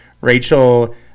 rachel